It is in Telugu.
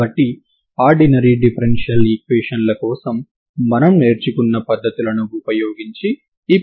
కాబట్టి అటువంటి ప్రారంభ సమాచారం కలిగిన సమస్యలకు మాత్రమే మనం ఇటువంటి పరిష్కారాన్ని ఇవ్వగలము సరేనా